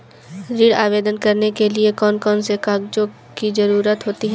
ऋण आवेदन करने के लिए कौन कौन से कागजों की जरूरत होती है?